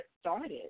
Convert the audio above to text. started